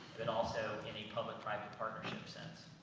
but also in a public-private partnership sense.